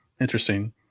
interesting